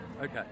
Okay